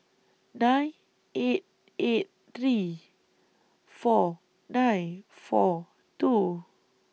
nine eight eight three four nine four two